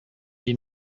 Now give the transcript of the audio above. die